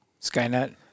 Skynet